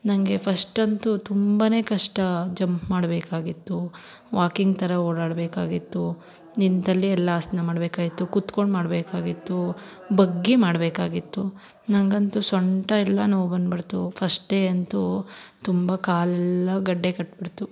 ನನಗೆ ಫಶ್ಟಂತು ತುಂಬ ಕಷ್ಟ ಜಂಪ್ ಮಾಡಬೇಕಾಗಿತ್ತು ವಾಕಿಂಗ್ ಥರ ಓಡಾಡಬೇಕಾಗಿತ್ತು ನಿಂತಲ್ಲೆ ಎಲ್ಲ ಆಸನ ಮಾಡಬೇಕಾಗಿತ್ತು ಕುತ್ಕೊಂಡು ಮಾಡಬೇಕಾಗಿತ್ತೂ ಬಗ್ಗಿ ಮಾಡಬೇಕಾಗಿತ್ತು ನನಗಂತು ಸೊಂಟ ಎಲ್ಲ ನೋವು ಬಂದುಬಿಡ್ತು ಫಶ್ಟ್ ಡೇ ಅಂತೂ ತುಂಬ ಕಾಲೆಲ್ಲ ಗಡ್ಡೆ ಕಟ್ಟಿಬಿಡ್ತು